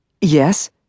Yes